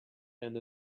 and